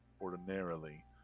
ordinarily